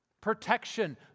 Protection